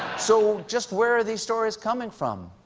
so just where are these stories coming from?